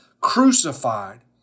crucified